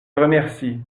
remercie